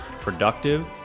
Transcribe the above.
productive